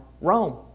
Rome